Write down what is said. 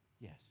Yes